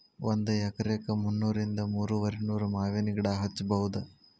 ಒಂದ ಎಕರೆಕ ಮುನ್ನೂರಿಂದ ಮೂರುವರಿನೂರ ಮಾವಿನ ಗಿಡಾ ಹಚ್ಚಬೌದ